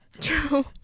True